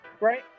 Right